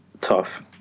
tough